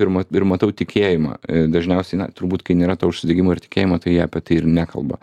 ir mat ir matau tikėjimą dažniausiai na turbūt kai nėra to užsidegimo ir tikėjimo tai apie tai ir nekalba